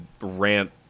rant